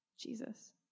Jesus